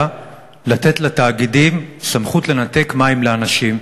לתת לתאגידים סמכות לנתק מים לאנשים.